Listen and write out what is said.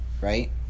right